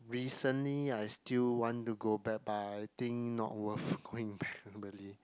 recently I still want to go back but I think not worth going back normally